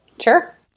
sure